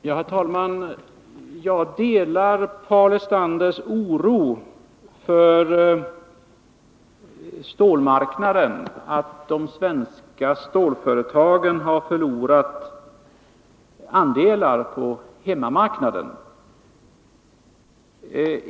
Herr talman! Jag delar Paul Lestanders oro över att de svenska stålföretagen har förlorat andelar på hemmamarknaden.